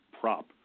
prop